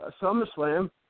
SummerSlam